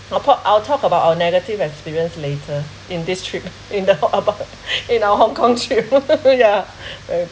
apart I will talk about our negative experience later in this trip uh in the hong kong in our hong kong trip ya very